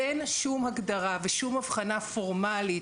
אין שום הגדרה ושום הבחנה פורמלית,